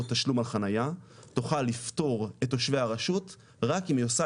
תשלום על חניה תוכל לפטור את תושבי הרשות רק אם היא עושה